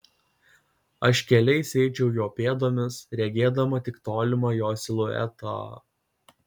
aš keliais eičiau jo pėdomis regėdama tik tolimą jo siluetą